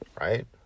right